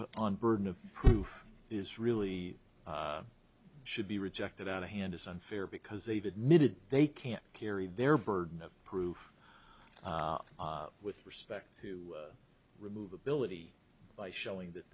on burden of proof is really should be rejected out of hand is unfair because they've admitted they can't carry their burden of proof with respect to remove ability by showing that